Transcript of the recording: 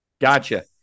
gotcha